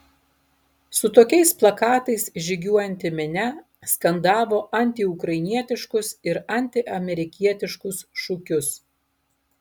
su tokiais plakatais žygiuojanti minia skandavo antiukrainietiškus ir antiamerikietiškus šūkius